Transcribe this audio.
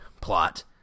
plot